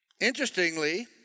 Interestingly